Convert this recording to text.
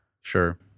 Sure